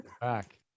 back